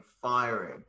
firing